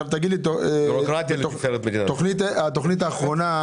התכנית האחרונה,